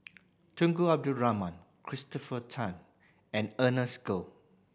Tunku Abdul Rahman Christopher Tan and Ernest Goh